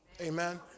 Amen